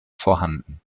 vorhanden